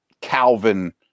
Calvin